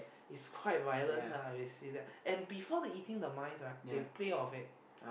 is quite violent lah if you see that and before they eating the mice right they play of it